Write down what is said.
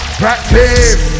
practice